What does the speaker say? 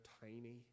tiny